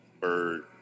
Bird